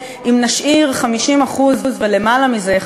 אם נשאיר 50% ולמעלה מזה,